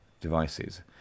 devices